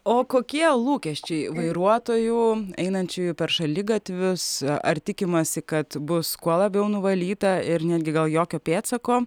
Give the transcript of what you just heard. o kokie lūkesčiai vairuotojų einančiųjų per šaligatvius ar tikimasi kad bus kuo labiau nuvalyta ir netgi gal jokio pėdsako